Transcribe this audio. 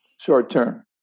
Short-term